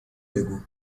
بگو